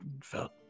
felt